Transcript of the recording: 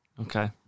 Okay